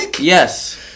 Yes